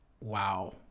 wow